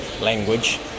language